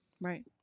Right